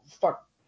fuck